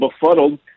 befuddled